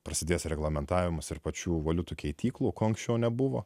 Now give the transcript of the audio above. prasidės reglamentavimas ir pačių valiutų keityklų ko anksčiau nebuvo